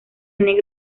negro